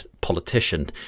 politician